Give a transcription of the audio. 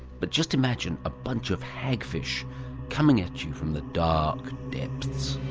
but just imagine a bunch of hagfish coming at you from the dark depths.